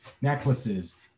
necklaces